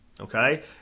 Okay